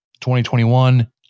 2021